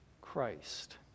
Christ